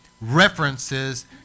references